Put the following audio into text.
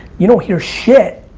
you don't hear shit.